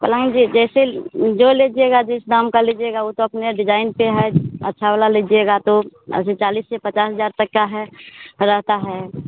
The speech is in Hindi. पलंग भी जैसे जो लीजिएगा जिस दाम का लीजिएगा वह तो अपने डिज़ाइन पर है अच्छा वाला लीजिएगा तो अभी चालीस से पचास हज़ार तक का है तो रहता है